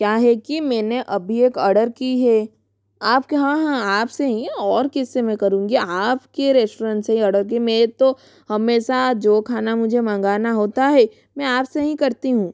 क्या है कि मैंने अभी एक ऑडर की हे आप के हाँ हाँ आपसे ही और किससे में करूँगी आपके रेश्टोरेंट से ही ऑडर की में तो हमेशा जो खाना मुझे मंगाना होता है में आपसे ही करती हूँ